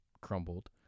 crumbled